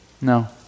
No